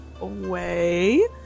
away